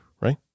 right